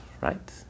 right